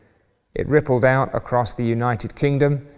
it rippled out across the united kingdom,